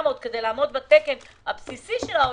תקנים כדי לעמוד בתקן הבסיסי של ה-OECD.